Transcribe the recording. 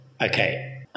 Okay